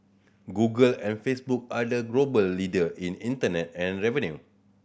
Google and Facebook are the global leader in internet ad revenue